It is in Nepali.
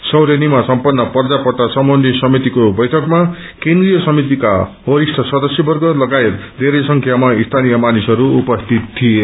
सौरेनीमा सम्पत्र पर्जापट्टा समन्वय समितिको बैठकमा केन्द्रीय समितिका वरिष्ट सदस्यवर्ग लगायत धेरै संख्यामा स्थानीय मानिसहरू उपस्थित थिए